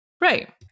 Right